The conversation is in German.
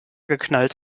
geknallt